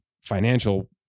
financial